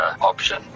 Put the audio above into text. option